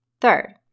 Third